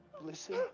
listen